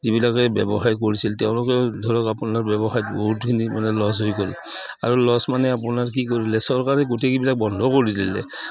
যিবিলাকে ব্যৱসায় কৰিছিল তেওঁলোকেও ধৰক আপোনাৰ ব্যৱসায়ত বহুতখিনি মানে লছ হৈ গ'ল আৰু লছ মানে আপোনাৰ কি কৰিলে চৰকাৰে গোটেইবিলাক বন্ধ কৰি দিলে